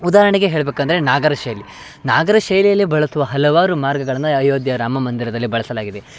ಉದಾಹರಣೆಗೆ ಹೇಳ್ಬೇಕು ಅಂದರೆ ನಾಗರ ಶೈಲಿ ನಾಗರ ಶೈಲಿಯಲ್ಲಿ ಬಳಸುವ ಹಲವಾರು ಮಾರ್ಗಗಳನ್ನು ಅಯೋಧ್ಯೆ ರಾಮ ಮಂದಿರದಲ್ಲಿ ಬಳಸಲಾಗಿದೆ